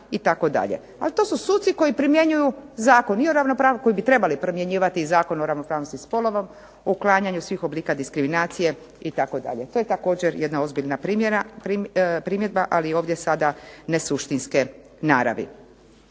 Ali to su suci koji primjenjuju zakon, koji bi trebali primjenjivati Zakon o ravnopravnosti spolova o uklanjanju svih oblika diskriminacije itd. To je također jedna ozbiljna primjedba ali ovdje sada nesuštinske naravi.